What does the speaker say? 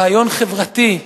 רעיון חברתי,